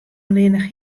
allinnich